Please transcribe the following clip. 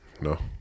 no